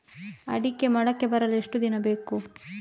ಅಡಿಕೆ ಮೊಳಕೆ ಬರಲು ಎಷ್ಟು ದಿನ ಬೇಕು?